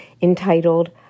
entitled